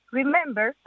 remember